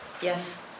Yes